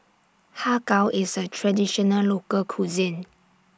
Har Kow IS A Traditional Local Cuisine